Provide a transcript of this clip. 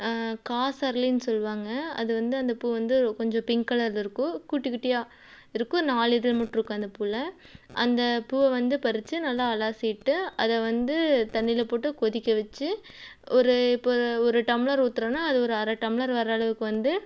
காசரளினு சொல்லுவாங்கள் அதுவந்து அந்த பூ வந்து கொஞ்சம் பிங்க் கலர்ல இருக்கும் குட்டி குட்டியாக இருக்கும் நாலு இதழ் மட்டும் இருக்கும் அந்த பூவில அந்த பூவை வந்து பறிச்சு நல்லா அலசிட்டு அதை வந்து தண்ணியில போட்டு கொதிக்க வச்சு ஒரு இப்போ ஒரு டம்ளர் ஊத்துகிறோன்னா அது ஒரு அரை டம்ளர் வர அளவுக்கு வந்து